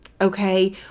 okay